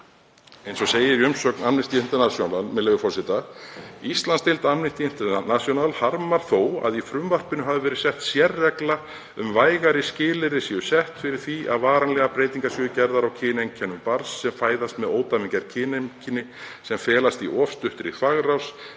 í typpi. Í umsögn Amnesty International segir, með leyfi forseta: „Íslandsdeild Amnesty International harmar þó að í frumvarpinu hafi verið sett sérregla um að vægari skilyrði séu sett fyrir því að varanlegar breytingar séu gerðar á kyneinkennum barns sem fæðist með ódæmigerð kyneinkenni sem felast í of stuttri þvagrás